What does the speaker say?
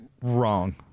Wrong